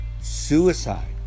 suicide